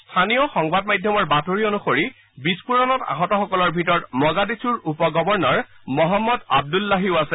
স্থানীয় সংবাদ মাধ্যমৰ বাতৰি অনুসৰি বিস্ফোৰণত আহতসকলৰ ভিতৰত মগাদিছুৰ উপ গৱৰ্ণৰ মহম্মদ আব্দুলাহিও আছে